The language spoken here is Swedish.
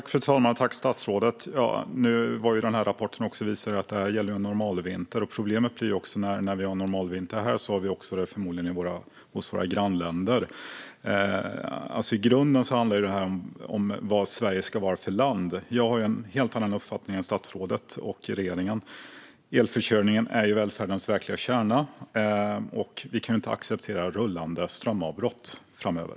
Fru talman! Tack, statsrådet, för svaret! Rapporten visade att det här gällde en normalvinter. Problemet är att när vi har normalvinter här har de förmodligen det också i våra grannländer. I grunden handlar det här om vad Sverige ska vara för land. Jag har en helt annan uppfattning än statsrådet och regeringen. Elförsörjningen är välfärdens verkliga kärna, och vi kan inte acceptera rullande strömavbrott framöver.